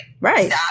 Right